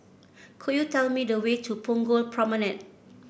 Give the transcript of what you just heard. could you tell me the way to Punggol Promenade